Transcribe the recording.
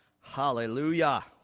Hallelujah